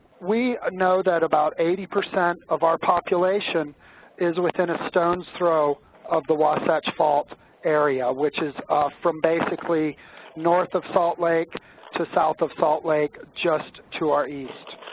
we ah know that about eighty percent of our population is within a stone's throw of the wasatch fault area which is from basically north of salt lake to south of salt lake just to our east.